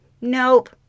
Nope